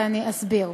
ואסביר.